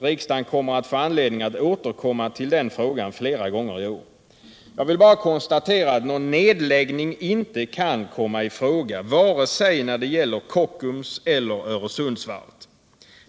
Riksdagen kommer att få anledning att återkomma till den frågan flera gånger iår. Jag vill bara konstatera att någon nedläggning inte kan komma i fråga när det gäller vare sig Kockums eller Öresundsvarvet.